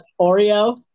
Oreo